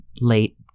late